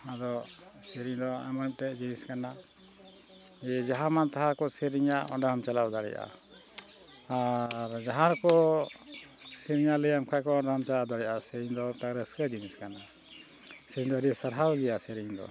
ᱟᱫᱚ ᱥᱮᱨᱮᱧ ᱫᱚ ᱮᱢᱚᱟ ᱢᱤᱫᱴᱟᱝ ᱡᱤᱱᱤᱥ ᱠᱟᱱᱟ ᱡᱮ ᱡᱟᱦᱟᱸ ᱢᱟᱱ ᱛᱟᱦᱟ ᱠᱚ ᱥᱮᱨᱮᱧᱟ ᱚᱸᱰᱮ ᱦᱚᱸᱢ ᱪᱟᱞᱟᱣ ᱫᱟᱲᱮᱭᱟᱜᱼᱟ ᱟᱨ ᱡᱟᱦᱟᱸ ᱨᱮᱠᱚ ᱥᱮᱨᱮᱧᱟᱜ ᱞᱮᱭᱟ ᱠᱷᱟᱱ ᱠᱚ ᱚᱸᱰᱮ ᱦᱚᱸᱢ ᱪᱟᱞᱟᱣ ᱫᱟᱲᱮᱭᱟᱜᱼᱟ ᱥᱮᱨᱮᱧ ᱫᱚ ᱢᱤᱫᱴᱟᱝ ᱨᱟᱹᱥᱠᱟᱹ ᱡᱤᱱᱤᱥ ᱠᱟᱱᱟ ᱥᱮᱨᱮᱧ ᱫᱚ ᱟᱹᱰᱤ ᱥᱟᱨᱦᱟᱣ ᱜᱮᱭᱟ ᱥᱮᱨᱮᱧ ᱫᱚ